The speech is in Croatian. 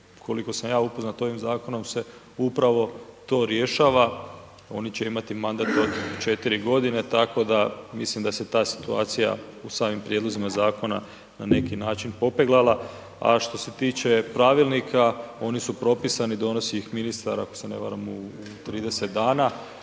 koliko sam ja upoznat ovim zakonom se upravo to rješava. Oni će imati mandat od 4 godine, tako da mislim da se ta situacija u samim prijedlozima zakona na neki način popeglala. A što se tiče pravilnika oni su propisani. Donosi ih ministar ako se ne varam u 30 dana.